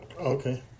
Okay